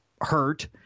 hurt